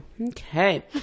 Okay